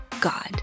God